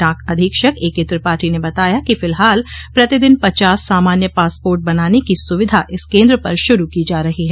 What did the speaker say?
डाक अधीक्षक एकेत्रिपाठी ने बताया कि फिलहाल प्रतिदिन पचास सामान्य पासपोर्ट बनाने की सुविधा इस केन्द्र पर शुरू की जा रही है